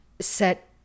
set